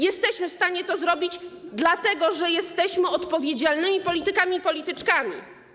Jesteśmy w stanie to zrobić, dlatego że jesteśmy odpowiedzialnymi politykami i polityczkami.